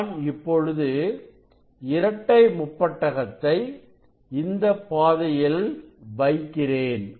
நான் இப்பொழுது இரட்டை முப்பட்டகத்தை இந்தப் பாதையில் வைக்கிறேன்